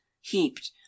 heaped